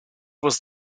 was